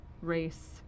race